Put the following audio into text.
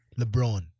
LeBron